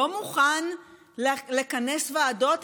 לא מוכן לכנס ועדות,